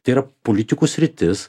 tai yra politikų sritis